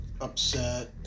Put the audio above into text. upset